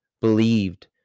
believed